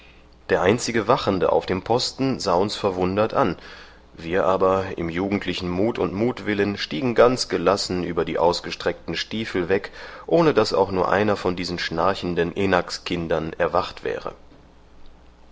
der einzige wachende auf dem posten sah uns verwundert an wir aber im jugendlichen mut und mutwillen stiegen ganz gelassen über die ausgestreckten stiefel weg ohne daß auch nur einer von diesen schnarchenden enakskindern erwacht wäre